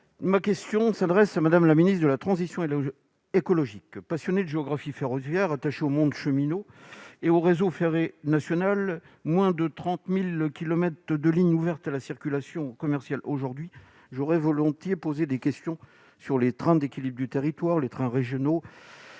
ma question s'adresse à Mme la ministre de la transition écologique. Passionné de géographie ferroviaire, attaché au monde cheminot et au réseau ferré national- moins de 30 000 kilomètres de lignes sont ouverts à la circulation commerciale aujourd'hui -j'aurais volontiers posé des questions sur les trains d'équilibre du territoire, les trains régionaux,